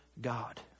God